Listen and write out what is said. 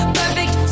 perfect